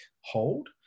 hold